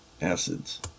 acids